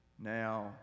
Now